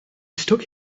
stuck